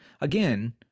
Again